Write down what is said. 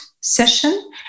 session